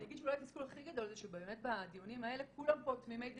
אולי התסכול הכי גדול זה שבאמת בדיונים האלה כולם פה תמימי דעים,